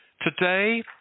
Today